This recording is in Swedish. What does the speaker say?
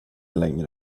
längre